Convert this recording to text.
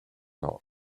not